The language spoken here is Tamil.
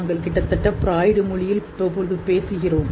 நாங்கள் கிட்டத்தட்ட ஃபிரூடூஎல் மொழியில் எடுத்துக்கொள்கிறோம்